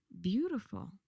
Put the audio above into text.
beautiful